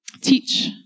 Teach